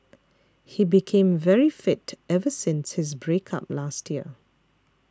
he became very fit ever since his break up last year